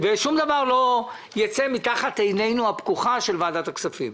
שום דבר לא ייצא מתחת עיניה הפקוחות של ועדת הכספים.